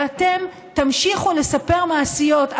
ואתם תמשיכו לספר מעשיות,